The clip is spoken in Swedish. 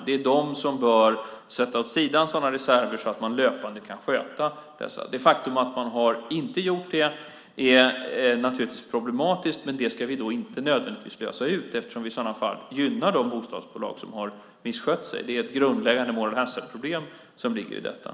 Det är de som bör sätta reserver åt sidan så att man löpande kan sköta detta. Det faktum att man inte har gjort det är naturligtvis problematiskt, men det ska vi inte nödvändigtvis lösa ut eftersom vi i sådana fall gynnar de bostadsbolag som har misskött sig. Det ligger ett grundläggande moral-hazard-problem i detta.